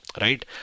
right